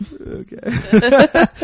okay